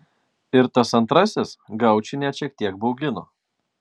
ir tas antrasis gaučį net šiek tiek baugino